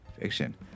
Fiction